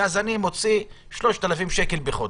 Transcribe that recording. ומוציא 3,000 שקל בחודש.